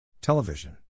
Television